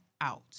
out